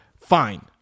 Fine